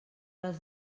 les